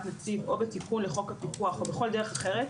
נציב או בתיקון לחוק הפיקוח או בכל דרך אחרת,